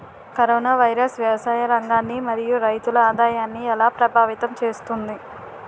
Corona virus వ్యవసాయ రంగాన్ని మరియు రైతుల ఆదాయాన్ని ఎలా ప్రభావితం చేస్తుంది?